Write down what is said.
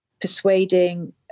persuading